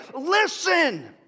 listen